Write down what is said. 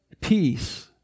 peace